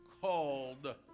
called